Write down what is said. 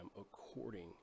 according